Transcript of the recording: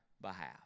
behalf